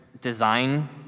design